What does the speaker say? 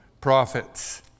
prophets